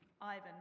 Ivan